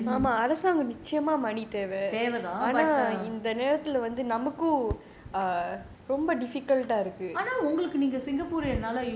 தேவைதான்:tevaithaan but err ஆனா உங்களுக்கு:aana ungalukku singapore